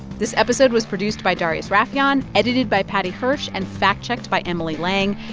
this episode was produced by darius rafieyan, edited by paddy hirsch and fact-checked by emily lang.